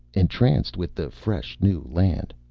entranced with the fresh new land.